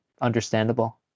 understandable